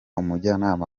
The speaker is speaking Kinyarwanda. umujyanama